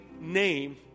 name